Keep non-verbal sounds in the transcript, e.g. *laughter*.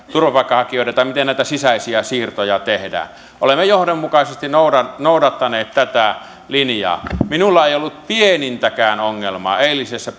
turvapaikanhakijoiden sisäisiä siirtoja tehdään olemme johdonmukaisesti noudattaneet noudattaneet tätä linjaa minulla ei ollut pienintäkään ongelmaa eilisessä *unintelligible*